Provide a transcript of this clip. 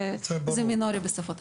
ובשפות אחרות זה מינורי.